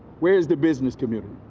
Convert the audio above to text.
where is the business community?